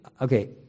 okay